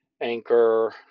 Anchor